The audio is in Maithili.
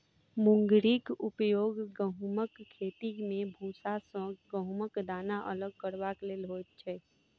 मुंगरीक उपयोग गहुमक खेती मे भूसा सॅ गहुमक दाना अलग करबाक लेल होइत छै